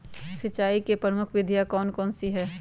सिंचाई की प्रमुख विधियां कौन कौन सी है?